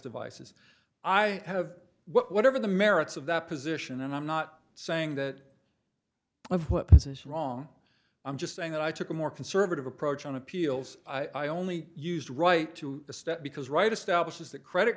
devices i have whatever the merits of that position and i'm not saying that i put position wrong i'm just saying that i took a more conservative approach on appeals i only used right to the step because right establishes that credit